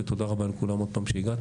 ותודה רבה לכולם שהגעתם.